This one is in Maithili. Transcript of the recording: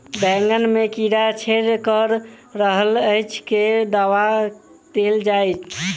बैंगन मे कीड़ा छेद कऽ रहल एछ केँ दवा देल जाएँ?